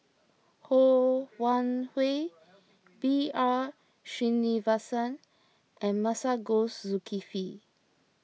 Ho Wan Hui B R Sreenivasan and Masagos Zulkifli